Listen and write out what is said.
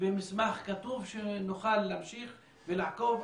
במסמך כתוב שנוכל להמשיך ולעקוב.